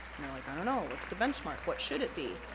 and you're like, i don't know, what's the benchmark? what should it be?